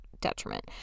detriment